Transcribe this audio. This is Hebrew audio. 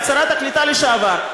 את שרת הקליטה לשעבר,